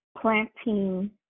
planting